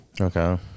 okay